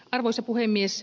arvoisa puhemies